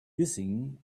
hissing